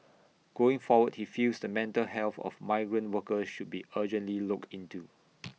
going forward he feels the mental health of migrant workers should be urgently looked into